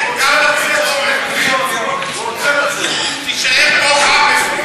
אתה תלך לאן שאתה רוצה, אני נשארת פה.